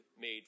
made